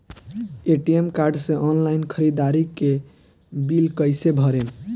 ATM card से online ख़रीदारी के बिल कईसे भरेम?